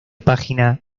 página